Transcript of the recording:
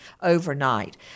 overnight